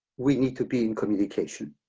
we need to be in communication.